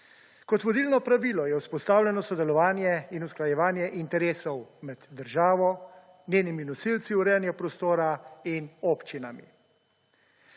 Kot vodilno pravilo je vzpostavljeno sodelovanje in usklajevanje interesov med državo, njenimi nosilci urejanja prostora in občinami.